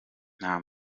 nta